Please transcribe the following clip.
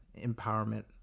Empowerment